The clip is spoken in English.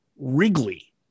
Wrigley